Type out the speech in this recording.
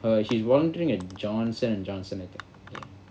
err he's wandering at Johnson and Johnson I think ya